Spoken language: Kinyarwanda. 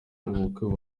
ubukwe